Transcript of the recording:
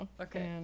Okay